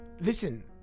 Listen